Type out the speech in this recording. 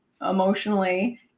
emotionally